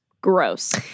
gross